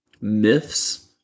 myths